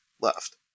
left